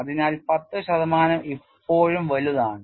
അതിനാൽ 10 ശതമാനം ഇപ്പോഴും വലുതാണ്